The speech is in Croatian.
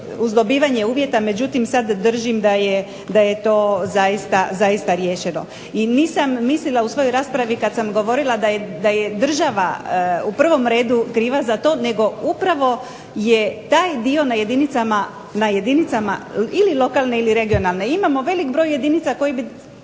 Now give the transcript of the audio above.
uz dobivanje uvjeta, međutim sada držim da je to sada zaista riješeno. I nisam mislila u svojoj raspravi kada sam govorila da je država u prvom redu kriva, nego upravo je taj dio na jedinicama ili lokalne ili regionalne. Imamo veliki broj jedinica koji bi